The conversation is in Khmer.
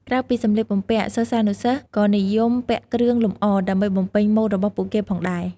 ក្រៅពីសម្លៀកបំពាក់ សិស្សានុសិស្សក៏និយមពាក់គ្រឿងលម្អដើម្បីបំពេញម៉ូដរបស់ពួកគេផងដែរ។